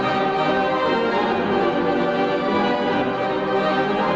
whoa whoa whoa whoa whoa whoa